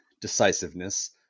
decisiveness